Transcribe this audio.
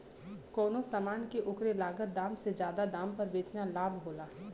कउनो समान के ओकरे लागत से जादा दाम पर बेचना लाभ होला